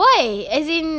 why as in